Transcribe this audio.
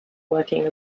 working